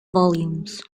volumes